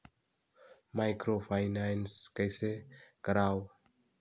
Microfinance कइसे करव?